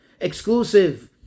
exclusive